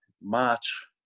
March